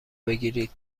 بگیرید